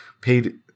paid